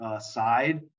side